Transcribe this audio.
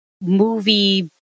movie